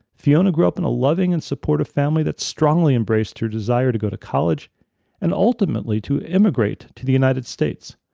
fiona grew up in a loving and supportive family that strongly embraced her desire to go to college and, ultimately, to immigrate to the united states,